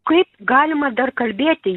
kaip galima dar kalbėti